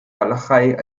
walachei